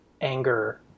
anger